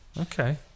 okay